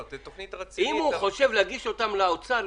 אם הוא חושב להגיש אותם לאוצר,